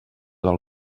del